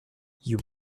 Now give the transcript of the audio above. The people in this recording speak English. you